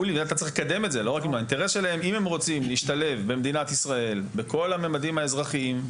אם הם אכן רוצים להשתלב במדינת ישראל בכל הממדים האזרחיים,